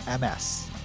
MS